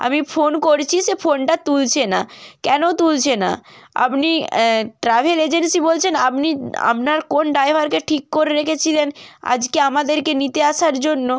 আমি ফোন করছি সে ফোনটা তুলছে না কেন তুলছে না আপনি ট্রাভেল এজেন্সি বলছেন আপনি আপনার কোন ড্রাইভারকে ঠিক করে রেখেছিলেন আজকে আমাদেরকে নিতে আসার জন্য